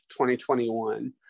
2021